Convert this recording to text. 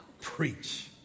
Preach